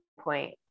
point